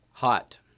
Hot